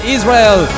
Israel